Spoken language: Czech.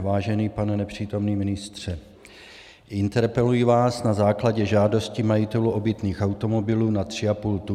Vážený pane nepřítomný ministře, interpeluji vás na základě žádosti majitelů obytných automobilů nad 3,5 tuny.